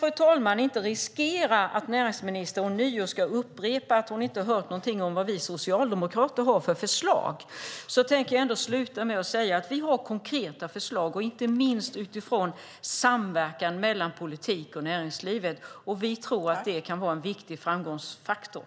För att inte riskera att näringsministern ånyo ska upprepa att hon inte hört någonting om vad vi socialdemokrater har för förslag tänker jag avsluta med att säga att vi har konkreta förslag, inte minst om samverkan mellan politik och näringsliv. Vi tror att det kan vara en viktig framgångsfaktor.